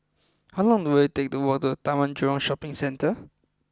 how long will it take to walk to Taman Jurong Shopping Centre